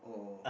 oh